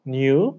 new